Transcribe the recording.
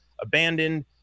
abandoned